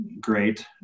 great